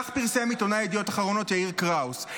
כך פרסם עיתונאי ידיעות אחרונות יאיר קראוס.